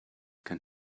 can